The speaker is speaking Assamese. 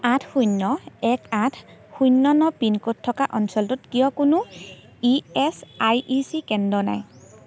আঠ শূন্য এক আঠ শূন্য ন পিন ক'ড থকা অঞ্চলটোত কিয় কোনো E S I E C কেন্দ্র নাই